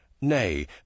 Nay